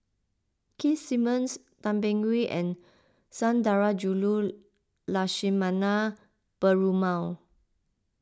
Keith Simmons Tan Beng Swee and Sundarajulu Lakshmana Perumal